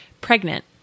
pregnant